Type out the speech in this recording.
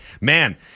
man